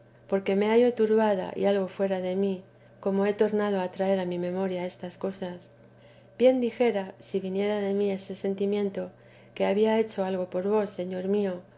porque me hallo turbada y algo fuera de mí cómo he tornado a traer a mi memoria estas cosas bien dijera si viniera de mí este sentimiento que había hecho algo por vos señor mío